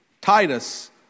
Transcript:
Titus